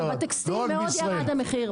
לא רק בישראל- - בטקסטיל מאוד ירד המחיר.